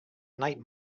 night